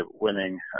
winning